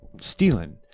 stealing